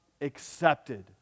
accepted